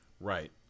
Right